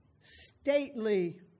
stately